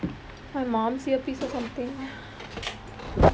my mum's earpiece or something